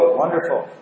wonderful